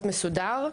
מסודר.